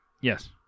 Yes